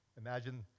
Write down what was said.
Imagine